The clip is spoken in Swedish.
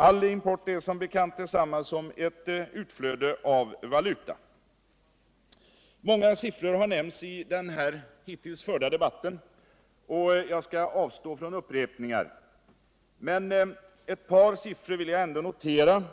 All import är som bekant detsamma som ctt utflöde av valuta. Många siffror har nämnas i den hittills förda debatten. Jag skall avstå från upprepningar, men eu par siffror vill jag ändå notera.